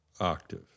octave